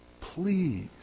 please